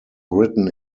written